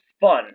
fun